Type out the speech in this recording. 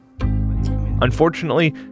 Unfortunately